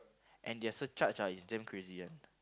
and their surcharge ah is damn crazy [one]